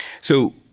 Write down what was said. So-